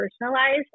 personalized